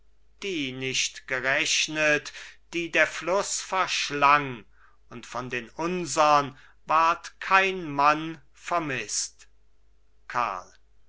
die nicht gerechnet die der fluß verschlang und von den unsern ward kein mann vermißt karl